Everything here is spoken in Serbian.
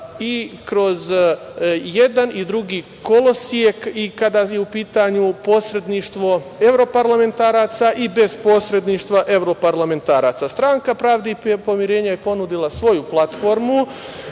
i kroz jedan i drugi kolosek i kada je u pitanju posredništvo evroparlamentaraca i bez posredništva evroparlamentaraca. Stranka Pravde i pomirenja je ponudila svoju platformu